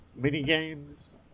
minigames